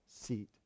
seat